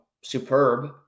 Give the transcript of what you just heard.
superb